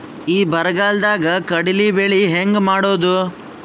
ಈ ಬರಗಾಲದಾಗ ಕಡಲಿ ಬೆಳಿ ಹೆಂಗ ಮಾಡೊದು?